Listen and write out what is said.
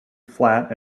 flat